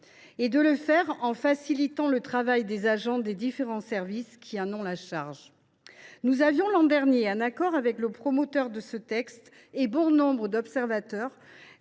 et de le faire en facilitant le travail des agents des différents services qui en ont la charge. L’an dernier, en accord avec le promoteur de ce texte et bon nombre d’observateurs,